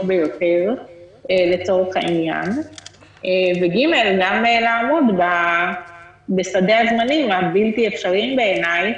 ביותר וגם לעמוד בסד הזמנים הבלתי אפשרי בעיניי,